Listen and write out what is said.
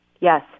Yes